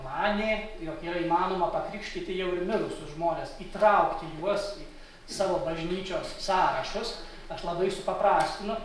manė jog yra įmanoma pakrikštyti jau ir mirusius žmones įtraukti juos į savo bažnyčios sąrašus aš labai supaprastinu